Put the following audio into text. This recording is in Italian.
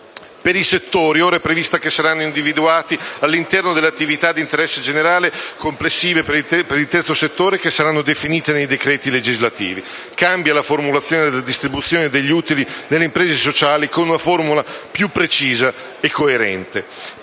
Per i settori, ora è previsto che saranno individuati all'interno delle attività di interesse generale complessive per il terzo settore, che saranno definite nei decreti legislativi. Cambia la formulazione della distribuzione degli utili nelle imprese sociali con una formula più precisa e coerente